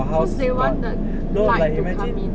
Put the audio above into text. cause they want the light to come in